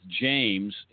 James